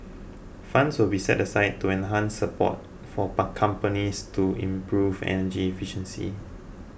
funds will be set aside to enhance support for companies to improve energy efficiency